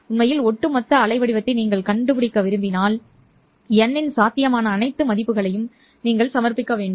உண்மையில் ஒட்டுமொத்த அலைவடிவத்தை நீங்கள் கண்டுபிடிக்க விரும்பினால் n இன் சாத்தியமான அனைத்து மதிப்புகளையும் நீங்கள் சமர்ப்பிக்க வேண்டும்